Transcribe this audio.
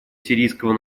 сирийского